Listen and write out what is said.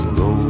go